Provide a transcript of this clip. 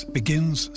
begins